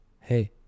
Hey